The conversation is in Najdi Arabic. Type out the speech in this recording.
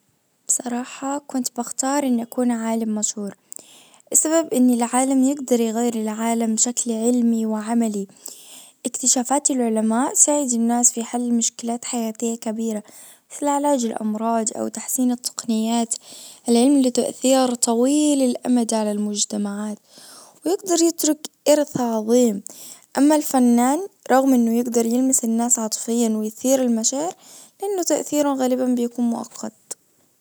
صراحة كنت بختار اني اكون عالم مشهور السبب ان العالم يجدر يغير العالم بشكل علمي وعملي اكتشافات العلماء تساعد الناس في حل مشكلات حياتية كبيرة لعلاج الامراض او تحسين التقنيات العلم له تأثير طويل الامد على المجتمعات ويجدر يترك إرث عظيم اما الفنان رغم انه يفضل يلمس الناس عاطفيا ويطير المشاعر ان تأثيره غالبا بيكون مؤقت